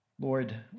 Lord